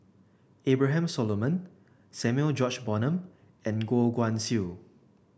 Abraham Solomon Samuel George Bonham and Goh Guan Siew